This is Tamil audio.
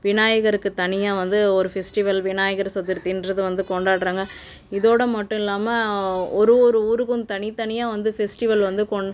விநாயகருக்கு தனியாக வந்து ஒரு ஃபெஸ்ட்டிவல் விநாயகர் சதுர்தின்றது வந்து கொண்டாடுறாங்க இதோட மட்டும் இல்லாமல் ஒரு ஒரு ஊருக்கும் தனி தனியாக வந்து ஃபெஸ்ட்டிவல் வந்து கொண்